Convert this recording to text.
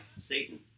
Satan